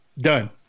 Done